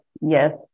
Yes